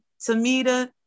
Tamita